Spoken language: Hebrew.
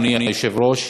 אדוני היושב-ראש,